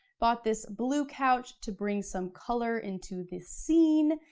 bought this blue couch to bring some color into this scene.